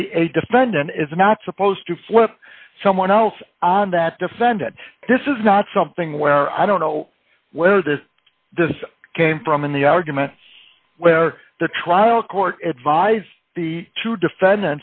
a defendant is not supposed to flip someone else on that defendant this is not something where i don't know where this this came from in the arguments where the trial court advised the two